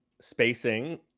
spacing